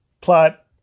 plot